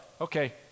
okay